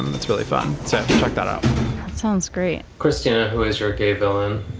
um it's really fun to check that out. that sounds great christina, who is your gay villain?